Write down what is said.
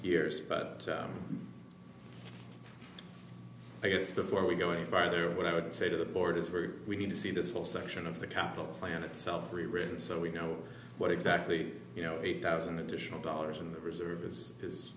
years but i guess before we go any farther what i would say to the board is very we need to see this whole section of the capital plan itself free reign so we know what exactly you know eight thousand additional dollars in the reserve is is